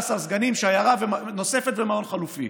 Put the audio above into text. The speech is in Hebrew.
16 סגנים, שיירה נוספת ומעון חלופי.